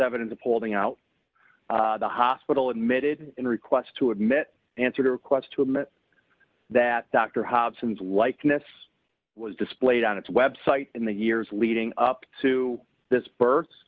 evidence of holding out the hospital admitted in requests to admit answered a request to admit that dr hobson's likeness was displayed on its website in the years leading up to this bir